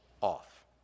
off